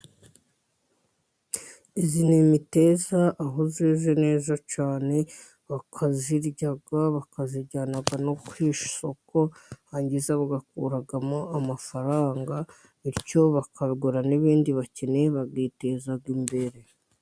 Iyi ni imiteja aho yeze neza cyane, barayirya bakayijyana no ku isoko, barangiza bagakuragamo amafaranga, bityo bakagura n'ibindi bakeneye, bakiteza imbere.